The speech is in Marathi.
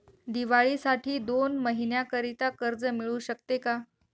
दिवाळीसाठी दोन महिन्याकरिता कर्ज मिळू शकते का?